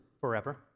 forever